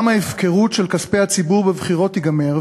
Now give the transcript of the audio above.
גם ההפקרות של כספי הציבור בבחירות תיגמר,